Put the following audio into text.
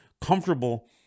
comfortable